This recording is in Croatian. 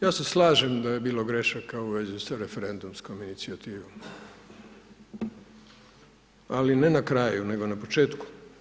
Ja se slažem da je bilo grešaka u vezi sa referendumskom inicijativom, ali, ne na kraju nego na početku.